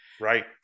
right